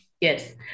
yes